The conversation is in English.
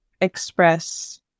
express